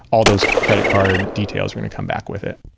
all those credit card details are going to come back with it.